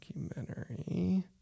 documentary